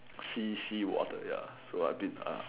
sea sea water ya so I've been uh